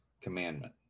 commandment